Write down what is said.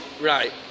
Right